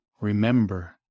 remember